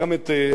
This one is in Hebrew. הציבור הלאומי,